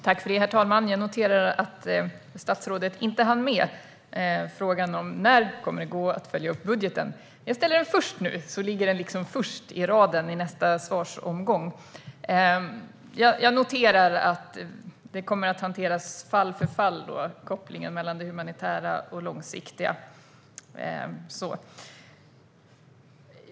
Herr talman! Statsrådet hann inte med frågan om när det kommer att gå att följa upp budgeten. Den här gången tar jag upp detta först, så att det ligger först i raden i nästa svarsomgång. Jag noterar att kopplingen mellan det humanitära och det långsiktiga kommer att hanteras fall för fall.